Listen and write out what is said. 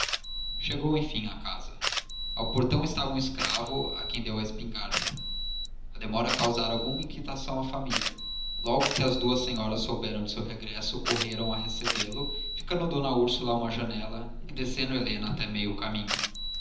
chegou enfim à casa ao portão estava um escravo a quem deu a espingarda a demora causara alguma inquietação à família logo que as duas senhoras souberam de seu regresso correram a recebê-lo ficando d úrsula a uma janela e descendo helena até meio caminho